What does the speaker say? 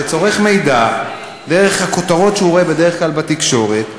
שצורך מידע דרך הכותרות שהוא רואה בדרך כלל בתקשורת,